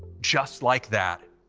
just like that.